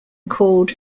called